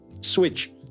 switch